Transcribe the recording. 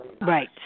Right